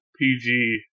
PG